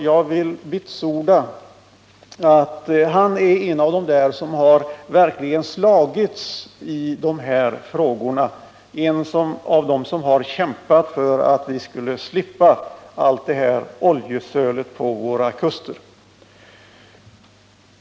Jag vill vitsorda att han är en av dem som verkligen har kämpat för att vi skall slippa oljesölet vid våra kuster.